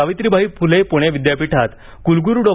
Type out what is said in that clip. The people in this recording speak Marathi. सावित्रीबाई फुले पुणे विद्यापीठात कुलग्रू डॉ